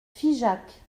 figeac